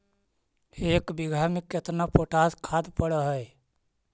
एक बिघा में केतना पोटास खाद पड़ है?